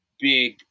big